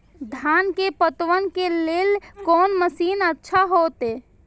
धान के पटवन के लेल कोन मशीन अच्छा होते?